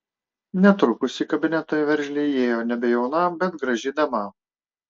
netrukus į kabinetą veržliai įėjo nebejauna bet graži dama